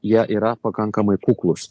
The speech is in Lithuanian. jie yra pakankamai kuklūs